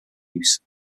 use